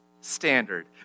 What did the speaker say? standard